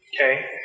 Okay